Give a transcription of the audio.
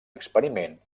experiment